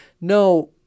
No